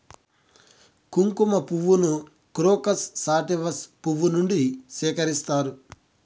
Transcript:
కుంకుమ పువ్వును Crocus sativus పువ్వు నుండి సేకరిస్తారు